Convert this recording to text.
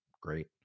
great